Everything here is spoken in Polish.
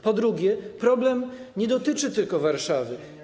Po drugie, problem nie dotyczy tylko Warszawy.